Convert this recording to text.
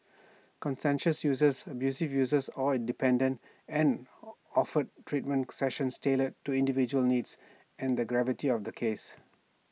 conscientious user abusive user or dependent and offered treatment sessions tailored to individual needs and the gravity of the case